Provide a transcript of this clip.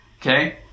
okay